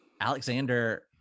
alexander